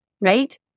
right